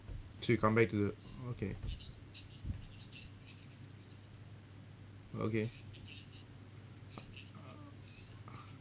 so you come back to t~ okay okay